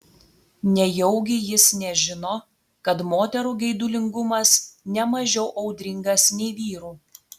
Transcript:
nejaugi jis nežino kad moterų geidulingumas ne mažiau audringas nei vyrų